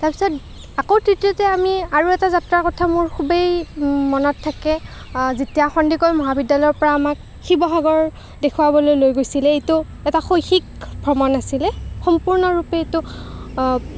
তাৰপিছত আকৌ তৃতীয়তে আমি আৰু এটা যাত্ৰাৰ কথা মোৰ খুবেই মনত থাকে যেতিয়া সন্দিকৈ মহাবিদ্য়ালয়ৰপৰা আমাক শিৱসাগৰ দেখুৱাবলৈ লৈ গৈছিলে এইটো এটা শৈক্ষিক ভ্ৰমণ আছিলে সম্পূৰ্ণৰূপে এইটো